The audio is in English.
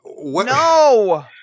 No